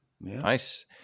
nice